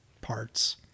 parts